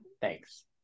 Thanks